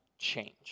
change